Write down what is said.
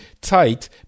tight